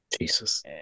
Jesus